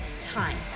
time